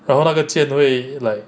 然后那个剑会 like